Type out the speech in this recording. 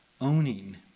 owning